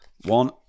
One